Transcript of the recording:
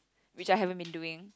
which I haven't been doing